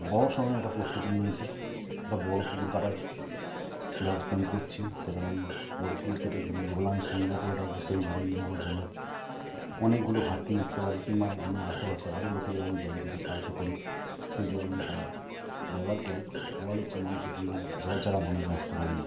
বড়ো সময়ের একটা প্রস্তুতি নিয়েছি একটা বড়ো পুকুর কাটার ব্যবস্থা আমি করছি সেখানে আমি বড়ো পুকুর কেটে কিছু জল আমি সংগ্রহ করে রাখব সেই জল নিয়ে আমার যেন অনেকগুলো ঘাটতি মিটতে পারে কিংবা আ আমি আশেপাশে আরো লোকেদের আমি জল দিতে সাহায্য করি সেই জল নিয়ে তারা ব্যবহার করুক জল হচ্ছে মানুষের জীবন জল ছাড়া মানুষ বাঁচতে পারে না